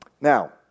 Now